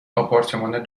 آپارتمان